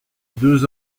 deux